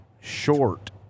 short